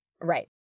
Right